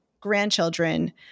grandchildren